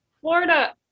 Florida